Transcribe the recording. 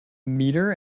meter